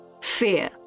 Fear